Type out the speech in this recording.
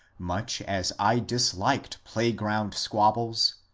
much as i disliked playground squabbles,